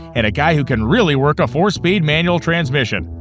and a guy who can really work a four speed manual transmission.